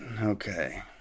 Okay